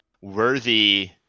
worthy